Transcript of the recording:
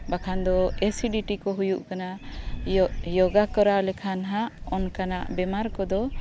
ᱵᱟᱠᱷᱟᱱ ᱫᱚ ᱮᱥᱤᱰᱤᱴᱤ ᱠᱚ ᱦᱩᱭᱩᱜ ᱠᱟᱱᱟ ᱭᱳ ᱡᱳᱜᱟ ᱠᱚᱨᱟᱣ ᱞᱮᱠᱷᱟᱱ ᱦᱟᱸᱜ ᱚᱱᱠᱟᱱᱟᱜ ᱵᱮᱢᱟᱨ ᱠᱚᱫᱚ